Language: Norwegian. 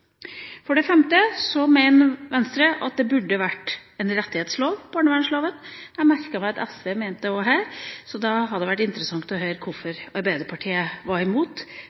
For det femte mener Venstre at barnevernsloven burde være en rettighetslov. Jeg merket meg at SV også mente det her. Da hadde det vært interessant å høre hvorfor Arbeiderpartiet er imot,